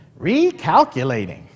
Recalculating